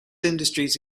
industries